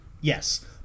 Yes